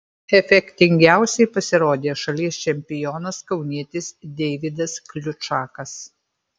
efektingiausiai pasirodė šalies čempionas kaunietis deividas kliučakas